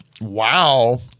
Wow